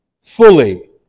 fully